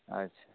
अच्छा